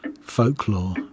folklore